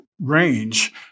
range